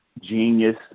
genius